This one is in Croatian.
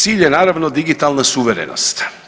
Cilj je naravno digitalna suverenost.